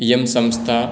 इयं संस्था